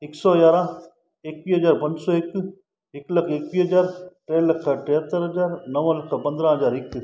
हिकु सौ यारहां एक्वीह हज़ार पंज सौ हिकु हिकु लखु एक्वीह हज़ार टे लख टेहतरि हज़ार नव लख पंदरहां हज़ार हिकु